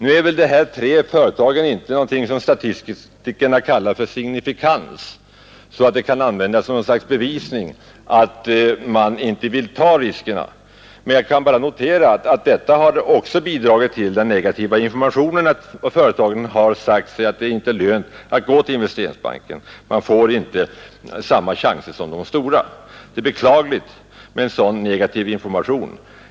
Nu är väl inte de tre fallen vad statistikerna kallar för signifikanta, dvs. användbara som något slags bevisning för att banken inte vill ta dessa risker; jag kan bara notera att också detta har bidragit till den negativa informationen och till att de små företagen har sagt sig att det inte är lönt att gå till Investeringsbanken, eftersom de inte får samma chanser som de stora företagen. Det är beklagligt med sådan negativ information.